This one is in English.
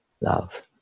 love